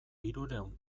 hirurehun